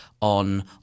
on